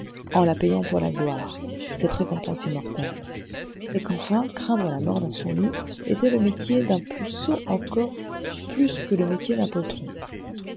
en la payant par la gloire cette récompense immortelle et qu'enfin craindre la mort dans son lit était le métier d'un sot plus encore que le métier d'un poltron